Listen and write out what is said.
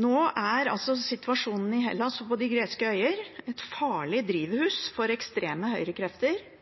Nå er altså situasjonen i Hellas og på de greske øyer et farlig drivhus for ekstreme høyrekrefter.